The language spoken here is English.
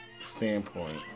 standpoint